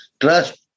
Trust